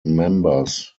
members